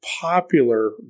Popular